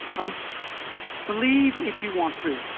um believe if you want to.